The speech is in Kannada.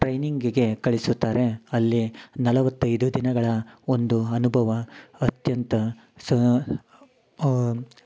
ಟ್ರೈನಿಂಗಿಗೆ ಕಳಿಸುತ್ತಾರೆ ಅಲ್ಲಿ ನಲವತ್ತೈದು ದಿನಗಳ ಒಂದು ಅನುಭವ ಅತ್ಯಂತ ಸ